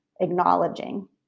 acknowledging